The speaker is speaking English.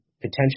potentially